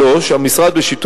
3. המשרד,